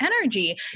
energy